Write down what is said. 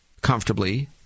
comfortably